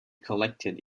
collected